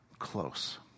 Close